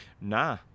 nah